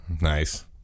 Nice